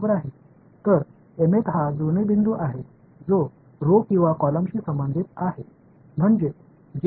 எனவே mth என்பது வரிசை அல்லது நெடுவரிசைக்கு ஒத்த மேட்சிங் பாயிண்ட்ஆகும்